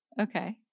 Okay